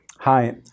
Hi